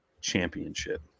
championship